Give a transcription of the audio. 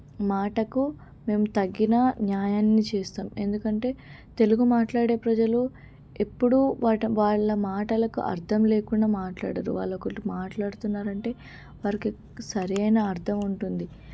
మాటకు మేము తగిన న్యాయాన్ని చేస్తాం ఎందుకంటే తెలుగు మాట్లాడే ప్రజలు ఎప్పుడూ వాటి వాళ్ళ మాటలకు అర్థం లేకుండా మాట్లాడరు వాళ్ళు ఒకటి మాట్లాడుతున్నారంటే వారికి సరైన అర్థం ఉంటుంది